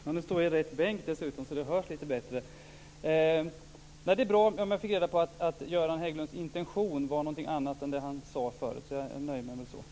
Fru talman! Det var bra att jag fick reda på att Göran Hägglunds intention var någonting annat än det han sade förut. Jag nöjer mig med det.